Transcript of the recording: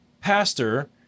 pastor